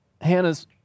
Hannah's